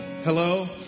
Hello